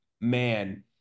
man